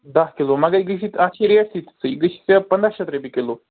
دَہ کِلو مگر یہِ گَژھِی اَتھ چھِ ریٹ تہِ تِژھٕے یہِ گَژھِی ژےٚ پنٛداہ شتھ رۄپیہِ کِلو